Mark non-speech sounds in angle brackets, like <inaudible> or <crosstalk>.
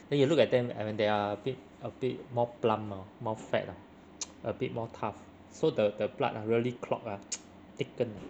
then you look at them and they are a bit a bit more plump lor more fat lor <noise> a bit more tough so the the blood ah really clogged ah <noise> thickened ah